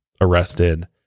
arrested